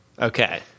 Okay